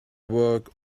work